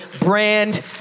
brand